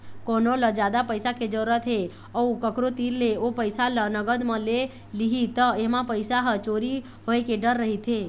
कोनो ल जादा पइसा के जरूरत हे अउ कखरो तीर ले ओ पइसा ल नगद म ले लिही त एमा पइसा ह चोरी होए के डर रहिथे